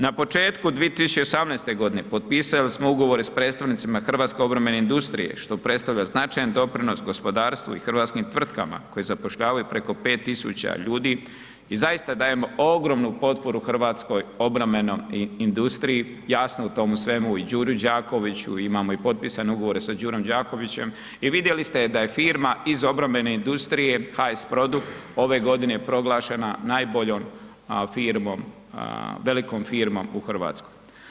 Na početku 2018. godine potpisali smo ugovore s predstavnicima hrvatske obrambene industrije što predstavlja značajan doprinos gospodarstvu i hrvatskim tvrtkama koje zapošljavaju preko 5.000 ljudi i zaista dajemo ogromnu potporu Hrvatskoj obrambenom i industriji jasno u tomu svemu i Đuri Đakoviću imamo i potpisane ugovore sa Đurom Đakovićem i vidjeli ste da je firma iz obrambene industrije HS Produkt ove godine proglašena najboljom firmom, velikom firmom u Hrvatskoj.